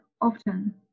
often